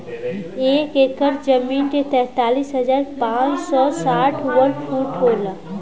एक एकड़ जमीन तैंतालीस हजार पांच सौ साठ वर्ग फुट होला